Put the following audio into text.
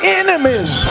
enemies